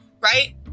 Right